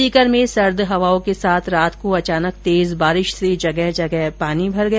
सीकर में सर्द हवाओं के साथ रात को अचानक तेज बारिश से जगह जगह पानी भर गया